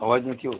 આવાજ નથી આવતો